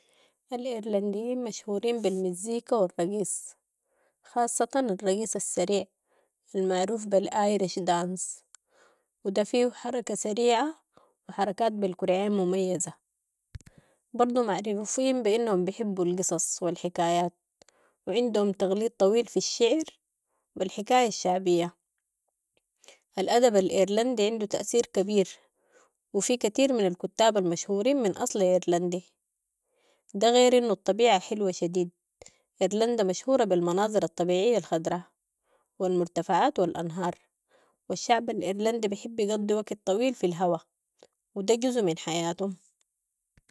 الايرلنديين مشهورين بالمزيكا و الرقيص، خاصة الرقيص السريع المعروف بي ال-irish dance و ده فيهو حركة سريعة و حركات بالكرعين مميزة، برضو معروفين بانهم بحبوا القصص و الحكايات و عندهم تقليد طويل في الشعر و الحكاية الشعبية، ال ادب ال ايرلندي عنده ت اثير كبير و في كتير من الكتاب المشهورين من اصل ايرلندي، ده غير انهو الطبيعة حلوة شديد، ايرلندا مشهورة بالمناظر الطبيعية الخضراء و المرتفعات و ال انهار و الشعب ال ايرلندي بيحب يقضي وقت طويل في الهوا و ده جزو من حياتهم.